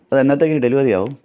അപ്പോൾ എന്നത്തേക്ക് ഡെലിവറി ആകും